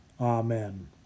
Amen